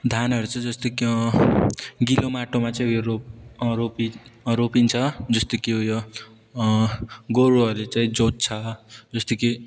धानहरू चाहिँ जस्तो कि गीलो माटोमा चाहिँ उयो रोप रोपि रोपिन्छ जस्तो कि उयो गोरुहरूले चाहिँ जोत्छ जस्तो कि